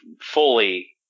fully